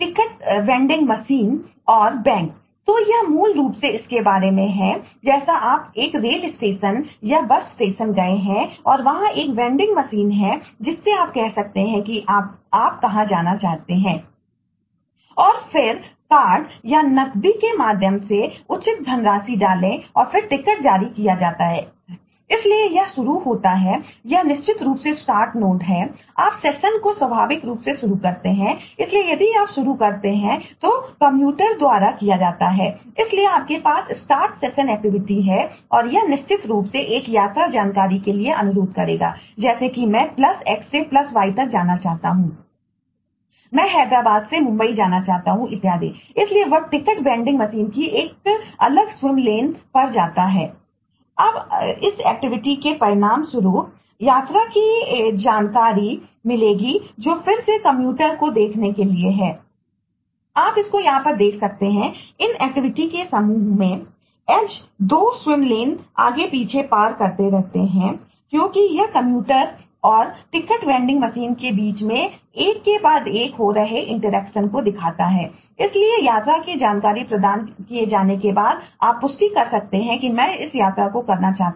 जिसमें आप कह सकते हैं कि आप कहाँ जाना चाहते हैं और फिर कार्ड पर जाता है